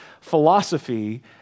philosophy